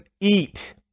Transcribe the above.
eat